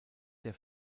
der